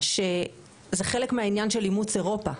שזה חלק מהעניין של אימוץ אירופה.